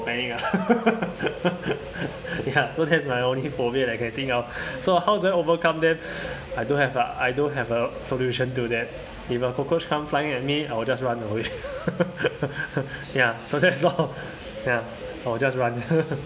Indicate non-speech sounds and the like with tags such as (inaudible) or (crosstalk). panic ah (laughs) ya so that's only my phobia I can think of so how do I overcome them I don't have I don't have a solution to that if a cockroach come flying at me I will just run away (laughs) ya so that's all ya I'll just run